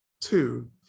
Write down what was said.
two